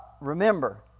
Remember